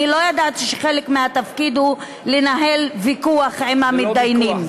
לא ידעתי שחלק מהתפקיד הוא לנהל ויכוח עם המתדיינים.